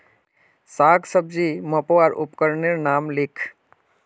साग सब्जी मपवार उपकरनेर नाम लिख?